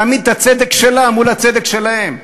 להעמיד את הצדק שלה מול הצדק שלהם,